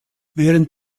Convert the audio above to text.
während